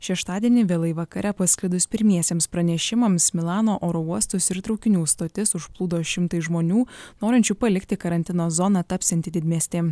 šeštadienį vėlai vakare pasklidus pirmiesiems pranešimams milano oro uostus ir traukinių stotis užplūdo šimtai žmonių norinčių palikti karantino zoną tapsiantį didmiestį